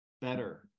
better